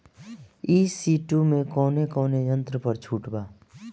ई.सी two मै कौने कौने यंत्र पर छुट बा?